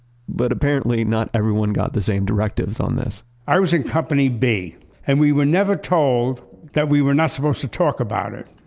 but apparently not everyone got the same directives on this i was in company b and we were never told that we were not supposed to talk about it,